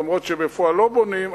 אף שבפועל לא בונים,